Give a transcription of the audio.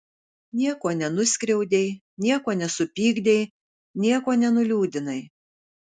nieko nenuskriaudei nieko nesupykdei nieko nenuliūdinai